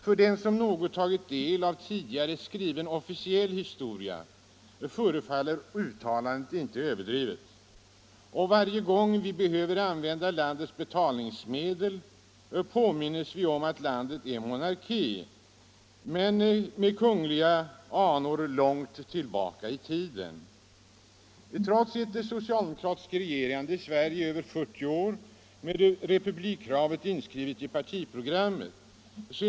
För dem som något har tagit del av tidigare skriven officiell historia förefaller uttalandet inte överdrivet, och varje gång vi behöver använda landets betalningsmedel påminns vi om att landet är en monarki med kungliga” anor långt tillbaka i tiden. Trots ett socialdemokratiskt regerande i Sverige i över 40 år. med republikkravet inskrivet i socialdemokraternas partiprogram.